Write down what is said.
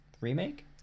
remake